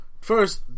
first